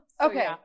Okay